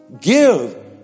Give